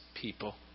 people